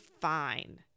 fine